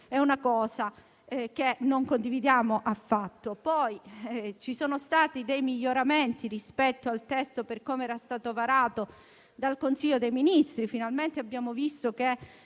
è una cosa che non condividiamo affatto. Ci sono stati dei miglioramenti rispetto al testo che era stato varato dal Consiglio dei ministri, ad esempio abbiamo visto che